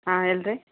ಹಾಂ ಹೇಳಿರಿ